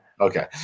Okay